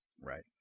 Right